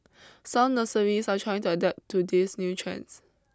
some nurseries are trying to adapt to these new trends